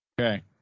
Okay